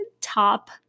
top